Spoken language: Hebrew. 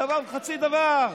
דבר וחצי דבר.